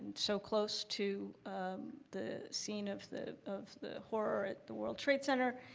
so close to the scene of the of the horror at the world trade center,